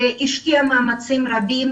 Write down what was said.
השקיע מאמצים רבים